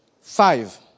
Five